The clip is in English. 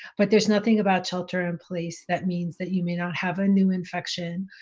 but there's nothing about shelter-in-place that means that you may not have a new infection,